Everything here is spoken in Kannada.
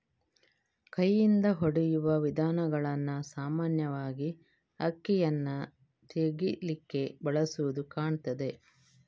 ಕೈಯಿಂದ ಹೊಡೆಯುವ ವಿಧಾನಗಳನ್ನ ಸಾಮಾನ್ಯವಾಗಿ ಅಕ್ಕಿಯನ್ನ ತೆಗೀಲಿಕ್ಕೆ ಬಳಸುದು ಕಾಣ್ತದೆ